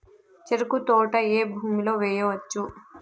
చెరుకు తోట ఏ భూమిలో వేయవచ్చు?